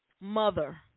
Mother